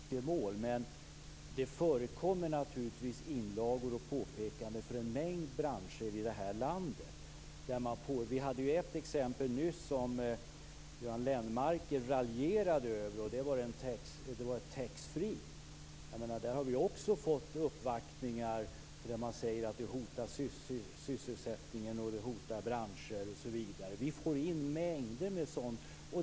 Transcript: Fru talman! Jag vet inte om jag kan tillgodose Marianne Anderssons önskemål. Men det förekommer naturligtvis inlagor och påpekanden från en mängd branscher i landet. Vi hade ett exempel nyss som Göran Lennmarker raljerade över. Det var taxfreehandeln. Där har vi också fått uppvaktningar som säger att detta hotar sysselsättningen, att det hotar branscher osv. Vi får in mängder med sådant.